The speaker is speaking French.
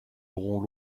auront